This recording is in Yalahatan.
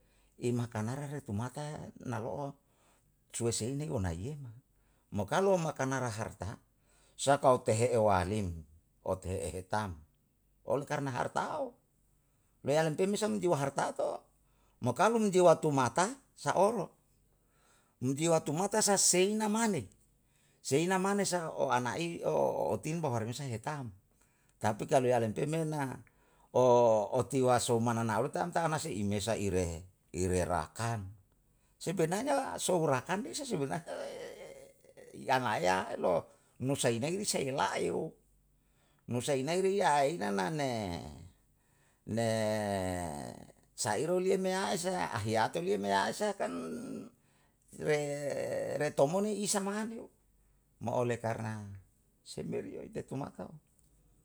I makanara re tu mata na lo'o sue seine yona yei mai, mo kalu makanara harta soaka otehe'e wa lin o tehe'e he tam. ole karna harta lowa nein pemle sam jual harta ko. Mo kalu menjual keu mata, sa'o. um jiwa tu mata sa seina mane, seina mane sa o ana'i timba babaru nusa he ye tam. tapi kalu yalem pe me na o tiwa sou mananalu tam ta'ana sei i mesa ire, ire ra kam. sebenarnya sou ra kam me bisa sebenarnya i an laela nusa inai sei la'a nusa inai le yai ina na ne sa iroliyal me ai sa ahiyate lia me ai sa, kan retomoni isa manu. Mo ole karna sei meriyo ite tu makang